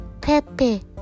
Pepe